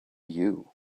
you